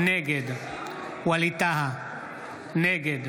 נגד ווליד טאהא, נגד